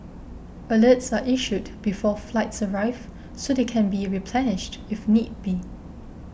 alerts are issued before flights arrive so they can be replenished if need be